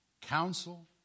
council